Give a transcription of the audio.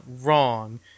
wrong